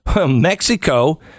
Mexico